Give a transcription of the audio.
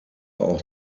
auch